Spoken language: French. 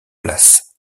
place